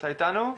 אתה איתנו?